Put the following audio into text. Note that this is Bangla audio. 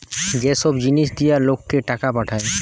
যে সব জিনিস দিয়া লোককে টাকা পাঠায়